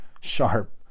sharp